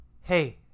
hey